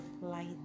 light